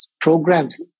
programs